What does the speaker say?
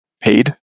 paid